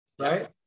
right